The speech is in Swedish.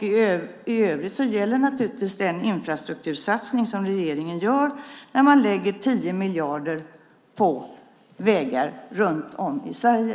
I övrigt gäller naturligtvis den infrastruktursatsning som regeringen gör när man lägger 10 miljarder på vägar runt om i Sverige.